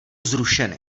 zrušeny